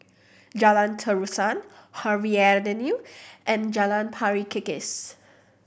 Jalan Terusan Harvey and Jalan Pari Kikis